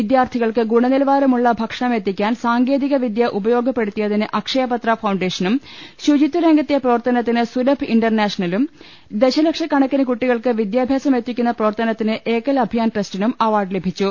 വിദ്യാർത്ഥികൾക്ക് ഗുണനിലവാരമുള്ള ഭക്ഷണമെത്തിക്കാൻ സാങ്കേതി കവിദ്യ ഉപയോഗപ്പെടുത്തിയതിന് അക്ഷയപത്ര ഫൌണ്ടേഷനും ശുചിത്വ രംഗത്തെ പ്രവർത്തനത്തിന് സുലഭ് ഇന്റർനാഷണലും ദശലക്ഷക്കണക്കിന് കുട്ടികൾക്ക് വിദ്യാഭ്യാസമെത്തിക്കുന്ന പ്രവർത്തനത്തിന് എകൽ അഭി യാൽ ട്രസ്റ്റിനും അവാർഡ് ലഭിച്ചു